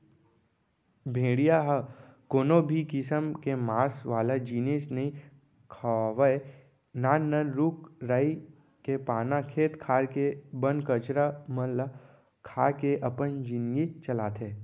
भेड़िया ह कोनो भी किसम के मांस वाला जिनिस नइ खावय नान नान रूख राई के पाना, खेत खार के बन कचरा मन ल खा के अपन जिनगी चलाथे